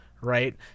Right